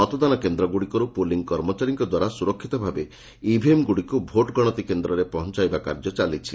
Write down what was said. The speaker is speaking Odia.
ମତଦାନ କେନ୍ଦ୍ରଗୁଡ଼ିକରୁ ପୁଲିଂ କର୍ମଚାରୀଙ୍କ ଦ୍ୱାରା ସୁରକ୍ଷିତ ଭାବେ ଇଭିଏମ୍ଗୁଡ଼ିକୁ ଭୋଟ୍ ଗଣତି କେନ୍ଦ୍ରରେ ପହଞାଇବା କାର୍ଯ୍ୟ ଚାଲିଛି